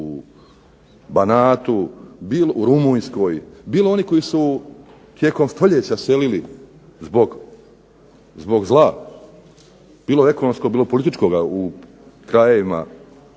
u Banatu, u Rumunjskoj, bilo oni koji su tijekom stoljeća selili zbog zla, bilo ekonomskog bilo političkoga u krajevima